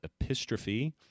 Epistrophe